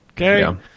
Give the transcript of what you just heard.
Okay